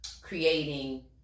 creating